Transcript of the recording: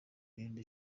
irinda